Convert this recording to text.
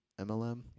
MLM